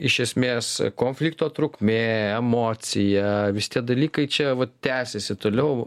iš esmės konflikto trukmė emocija visi tie dalykai čia va tęsiasi toliau